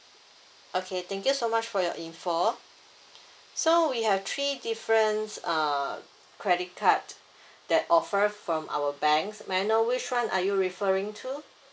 okay thank you so much for your info so we have three different uh credit card that offer from our bank may I know which one are you referring to